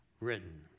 written